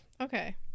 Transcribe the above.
okay